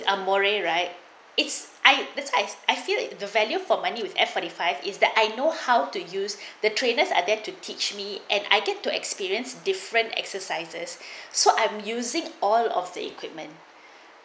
amoy right it's I this I I feel the value for money with F forty five is that I know how to use the trainers are there to teach me and I get to experience different exercises so I'm using all of the equipment